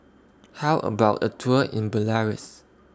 How about A Tour in Belarus